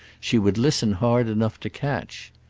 she would listen hard enough to catch.